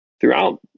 Throughout